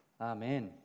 Amen